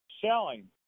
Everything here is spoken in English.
selling